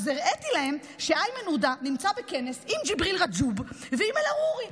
אז הראיתי להם שאיימן עודה נמצא בכנס עם ג'יבריל רג'וב ועם אל-עארורי.